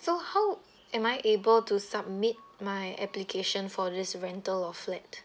so how am I able to submit my application for this rental of flat